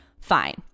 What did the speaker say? fine